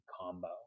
combo